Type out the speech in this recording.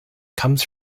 comes